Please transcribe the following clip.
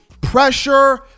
pressure